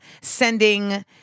sending